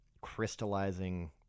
crystallizing